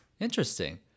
interesting